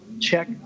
check